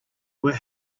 were